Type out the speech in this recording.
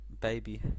Baby